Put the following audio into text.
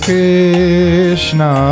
Krishna